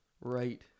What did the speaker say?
Right